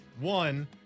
one